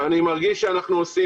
אני מרגיש שאנחנו עושים.